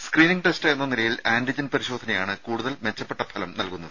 screening test എന്ന നിലയിൽ antigen പരിശോധനയാണ് കൂടുതൽ മെച്ചപ്പെട്ട ഫലം നൽകുന്നത്